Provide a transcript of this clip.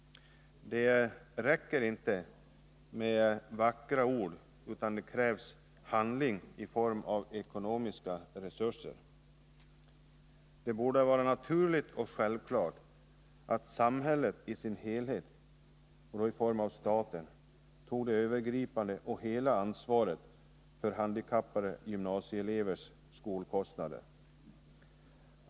Det räcker inte med vackra ord utan det krävs handling i form av ekonomiska resurser. Det borde vara naturligt och självklart att samhället i sin helhet — i form av staten — tog det övergripande och fulla ansvaret för handikappade gymnasieelevers skolkostnader.